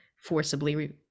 forcibly